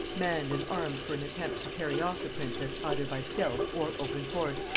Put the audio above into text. manned and armed for an attempt to carry off the princess either by stealth or open force,